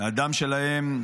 הדם שלהם,